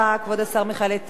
בשם שר המשפטים.